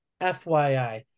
FYI